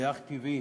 אך טבעי